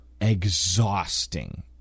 exhausting